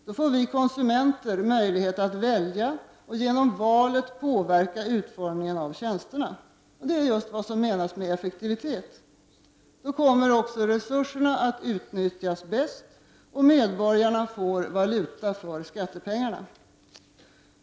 Då får vi konsumenter möjlighet att välja och genom valet påverka utformningen av tjänsterna. Det är just vad som avses med effektivitet. Då kommer också resurserna att utnyttjas bäst, och medborgarna får valuta för skattepengarna.